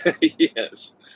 Yes